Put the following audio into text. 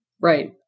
right